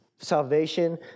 salvation